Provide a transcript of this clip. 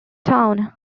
town